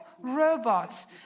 robots